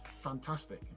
fantastic